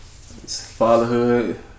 fatherhood